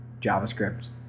JavaScript